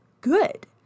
good